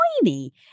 tiny